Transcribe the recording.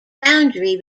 boundary